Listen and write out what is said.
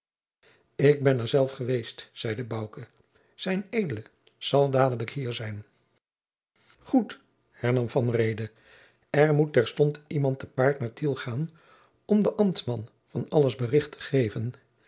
ik ben er zelf geweest zeide bouke zijn edele zal dadelijk hier zijn goed hernam van reede er moet terstond iemand te paard naar tiel gaan om den ambtman van alles bericht te geven